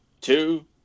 two